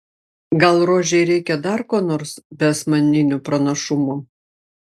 gal rožei reikia dar ko nors be asmeninių pranašumų